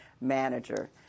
manager